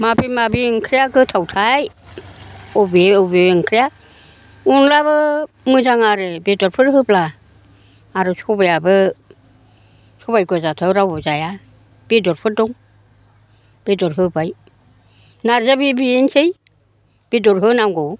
माबे माबे ओंख्रिया गोथावथाय बबे बबे ओंख्रिया अनलाबो मोजां आरो बेदरफोर होब्ला आरो सबाइआबो सबाइ गोजाथ' रावबो जाया बेदरफोर दं बेदर होबाय नारजिया बे बेनोसै बेदर होनांगौ